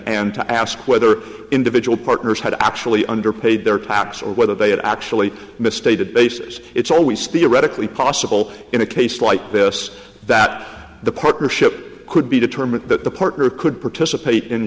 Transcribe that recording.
to ask whether individual partners had actually underpaid their tax or whether they had actually misstated basis it's always theoretically possible in a case like this that the partnership could be determined that the partner could participate in